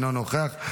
אינו נוכח,